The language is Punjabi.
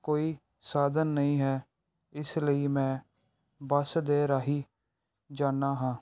ਕੋਈ ਸਾਧਨ ਨਹੀਂ ਹੈ ਇਸ ਲਈ ਮੈਂ ਬਸ ਦੇ ਰਾਹੀਂ ਜਾਂਦਾ ਹਾਂ